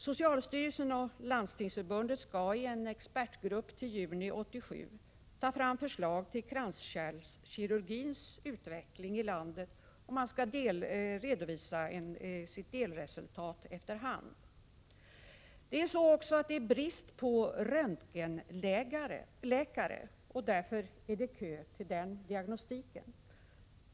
Socialstyrelsen och Landstingsförbundet skall till juni 1987 i en expertgrupp ta fram förslag till kranskärlskirurgins utveckling i landet. Man skall redovisa sina delresultat efter hand. Det råder brist på röntgenläkare. Därför är det köer till den diagnostiken.